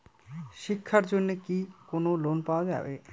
শিক্ষার জন্যে কি কোনো লোন পাওয়া যাবে?